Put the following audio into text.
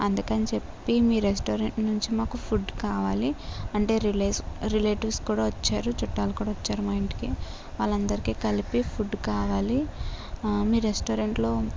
అందుకని చెప్పి మీ రెస్టారెంట్ నుంచి మాకు ఫుడ్ కావాలి అంటే రిలే రిలేటివ్స్ కూడా వచ్చారు చుట్టాలు కూడా వచ్చారు మా ఇంటికి వాళ్ళందరికీ కలిపి ఫుడ్ కావాలి మీ రెస్టారెంట్లో